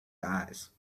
guys